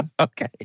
Okay